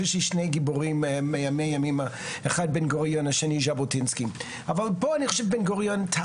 יש לי שני גיבורים מימים ימימה: האחד בן גוריון והשני ז'בוטינסקי.